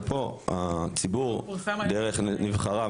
ופה הציבור דרך נבחריו,